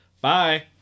Bye